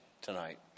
Tonight